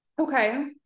Okay